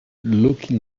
looking